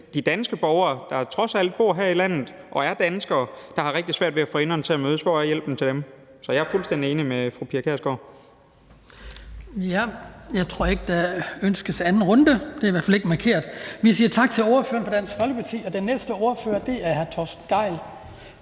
– danske borgere, der trods alt bor her i landet, og som har rigtig svært ved at få enderne til at mødes. Hvor er hjælpen til dem? Så jeg er fuldstændig enig med fru Pia Kjærsgaard. Kl. 19:44 Den fg. formand (Hans Kristian Skibby): Jeg tror ikke, at der ønskes endnu en kort bemærkning. Det er i hvert fald ikke markeret. Vi siger tak til ordføreren for Dansk Folkeparti, og den næste ordfører er hr. Torsten Gejl